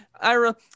Ira